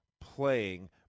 playing